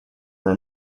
were